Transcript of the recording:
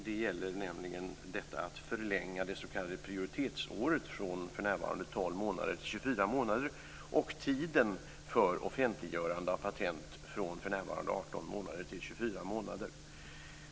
Det gäller att förlänga det s.k. prioritetsåret från för närvarande 12 månader till 24 månader och tiden för offentliggörande av patent från för närvarande 18 månader till 24 månader.